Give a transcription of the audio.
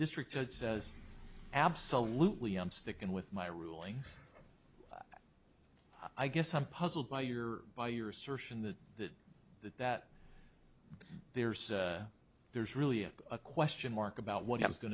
district judge says absolutely i'm sticking with my rulings i guess i'm puzzled by your by your assertion that that that that there's there's really a question mark about what he's going